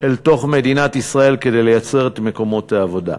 אל תוך מדינת ישראל, כדי לייצר את מקומות העבודה,